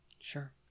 Sure